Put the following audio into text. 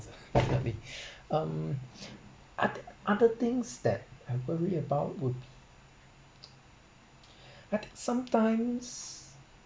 um othe~ other things that I worry about would be I think sometimes